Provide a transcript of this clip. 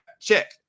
check